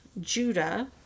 Judah